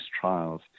trials